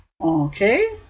Okay